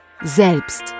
selbst